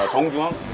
home drunk.